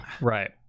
Right